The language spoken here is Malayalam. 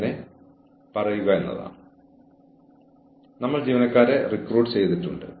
പിന്നെ ഒരു അന്തിമ മുന്നറിയിപ്പ് ഉണ്ട്